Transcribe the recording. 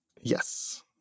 Yes